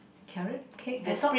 carrot cake I thought